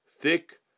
thick